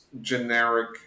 generic